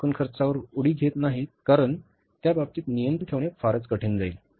आम्ही एकूण खर्चावर उडी घेत नाही कारण त्या बाबतीत नियंत्रण ठेवणे फारच कठीण जाईल